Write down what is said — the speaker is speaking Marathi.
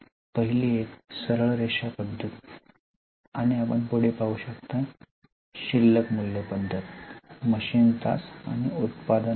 पहिली एक सरळ रेषा पद्धत आणि पुढे पाहू शकता शिल्लक मूल्य पद्धत मशीन तास आणि उत्पादन नग